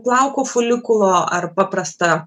plauko folikulo ar paprastą